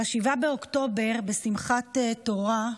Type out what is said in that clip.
ב-7 באוקטובר, בשמחת תורה,